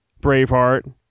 Braveheart